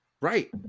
Right